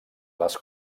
les